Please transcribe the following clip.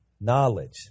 knowledge